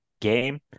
game